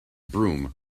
broom